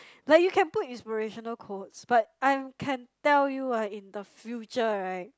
like you can put inspirational quotes but I'm can tell you ah in the future [right]